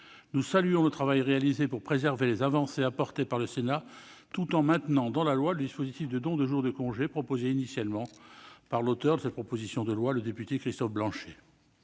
Nous saluons le travail réalisé pour préserver les avancées apportées par le Sénat tout en maintenant dans la loi le dispositif de dons de jours de congé proposé initialement par l'auteur de ce texte, le député Christophe Blanchet.